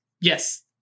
yes